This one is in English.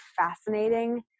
fascinating